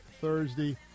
Thursday